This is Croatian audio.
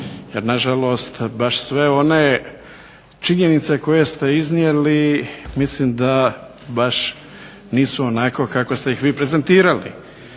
jer nažalost baš sve one činjenice koje ste iznijeli mislim da nisu baš onako kako ste ih prezentirali.